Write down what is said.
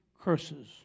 curses